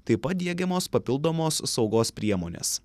taip pat diegiamos papildomos saugos priemonės